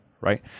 Right